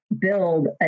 build